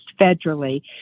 federally